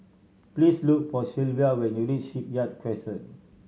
please look for Shelvia when you reach Shipyard Crescent